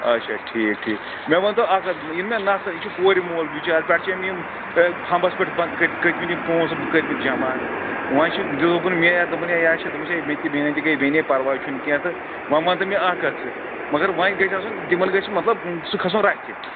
آچھا ٹھیٖک ٹھیٖک مےٚ وَنتو اَکھ کَتھ یِنہٕ مےٚ نَسا یہِ چھُ کورِ مول بِچارٕ پٮ۪ٹھ چھِ أمۍ یِم فمبَس پٮ۪ٹھ کٔتۍمٕتۍ یِم پونٛسہٕ بہٕ کٔرۍمٕتۍ جمع وۄنۍ چھُ دۄپُن مےٚ دوٚپُن ہے یا چھِ دوٚپمَس ہے مےٚ تہِ میٛٲنۍ تہِ گٔے بیٚنے پَرواے چھُنہٕ کینٛہہ تہٕ وۄنۍ وَنتہٕ مےٚ اَکھ کَتھ ژٕ مگر وۄنۍ گژھِ آسُن تِمَن گژھِ مطلب سُہ کھَسُن رَتھِ